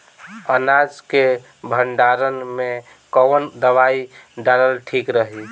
अनाज के भंडारन मैं कवन दवाई डालल ठीक रही?